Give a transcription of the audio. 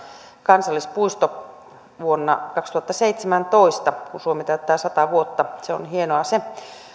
kansallispuisto vuonna kaksituhattaseitsemäntoista kun suomi täyttää sata vuotta se on hienoa se no